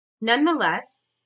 nonetheless